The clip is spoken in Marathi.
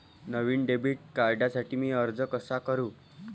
नवीन डेबिट कार्डसाठी मी अर्ज कसा करू?